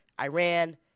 Iran